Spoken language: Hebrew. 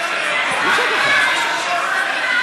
לא 15 אלא 11,